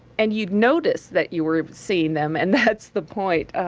and you'd notice that you were seeing them, and that's the point.